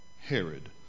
Herod